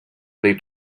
they